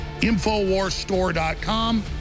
Infowarsstore.com